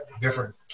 different